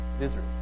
Israel